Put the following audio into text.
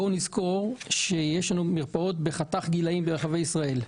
בואו נזכור שיש לנו מרפאות בחתך גילאים ברחבי ישראל.